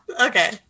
Okay